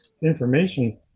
information